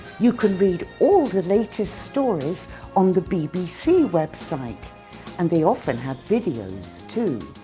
you can read all the latest stories on the bbc website and they often have videos too.